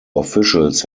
officials